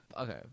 okay